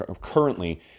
currently